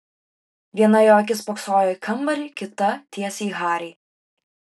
viena jo akis spoksojo į kambarį kita tiesiai į harį